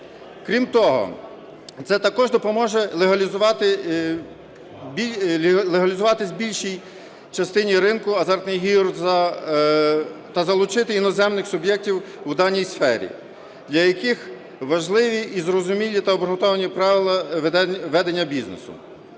Крім того, це також допоможе легалізуватися більшій частині ринку азартних ігор та залучити іноземних суб'єктів у даній сфері, для яких важливі і зрозумілі та обґрунтовані правила ведення бізнесу.